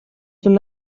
تون